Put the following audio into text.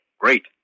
Great